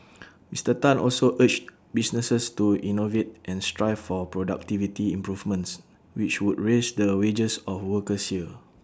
Mister Tan also urged businesses to innovate and strive for productivity improvements which would raise the wages of workers here